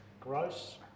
Gross